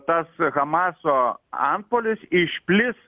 tas hamaso antpuolis išplis